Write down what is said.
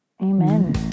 Amen